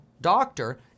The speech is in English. doctor